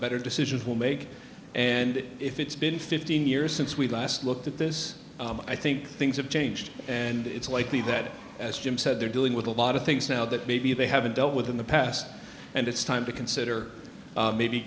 better decisions will make and if it's been fifteen years since we last looked at this i think things have changed and it's likely that as jim said they're dealing with a lot of things now that maybe they haven't dealt with in the past and it's time to consider maybe